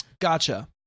Gotcha